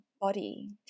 body